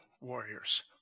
warriors